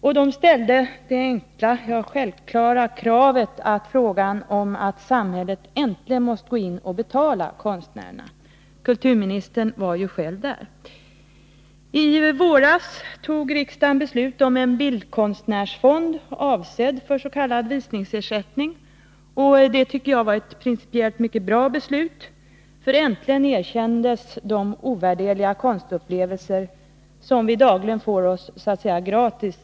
De framställde det enkla, ja, självklara kravet att samhället nu äntligen skall gå in och betala konstnärerna — kulturministern var ju själv där. I våras fattade riksdagen beslut om en bildkonstnärsfond, avsedd för s.k. visningsersättning. Jag tycker att det var ett principiellt sett mycket bra beslut, eftersom de ovärderliga konstupplevelser som vi dagligen får ”gratis” äntligen erkändes.